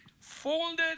folded